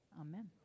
Amen